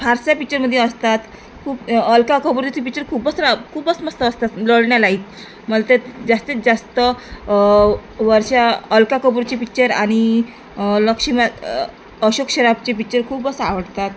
फारसे पिक्चरमध्ये असतात खूप अलका कुबलची पिक्चर खूपच खूपच मस्त असतात रडण्यालायक मला ते जास्तीत जास्त वर्षा अलका कुबलची पिक्चर आणि लक्ष्मी अशोक सराफचे पिक्चर खूपच आवडतात